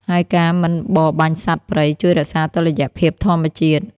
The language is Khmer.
ហើយការមិនបរបាញ់សត្វព្រៃជួយរក្សាតុល្យភាពធម្មជាតិ។